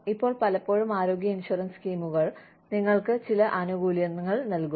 ഇപ്പോൾ പലപ്പോഴും ആരോഗ്യ ഇൻഷുറൻസ് സ്കീമുകൾ നിങ്ങൾക്ക് ചില ആനുകൂല്യങ്ങൾ നൽകുന്നു